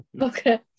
Okay